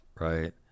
Right